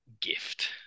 gift